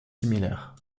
similaires